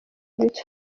beauty